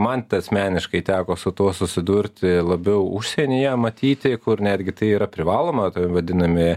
man asmeniškai teko su tuo susidurti labiau užsienyje matyti kur netgi tai yra privaloma tai vadinami